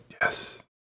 Yes